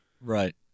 Right